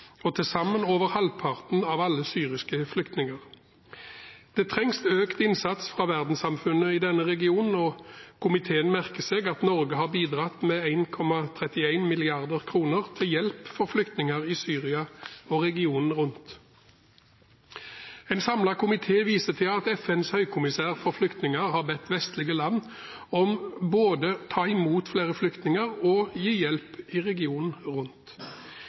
og til sammen over halvparten av alle syriske flyktninger. Det trengs økt innsats fra verdenssamfunnet i denne regionen, og komiteen merker seg at Norge har bidratt med 1,31 mrd. kr til hjelp for flyktninger i Syria og regionen rundt. En samlet komité viser til at FNs høykommissær for flyktninger har bedt vestlige land om både å ta imot flere flyktninger og gi hjelp i regionen rundt.